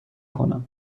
کنم